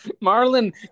Marlin